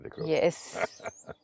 Yes